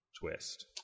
twist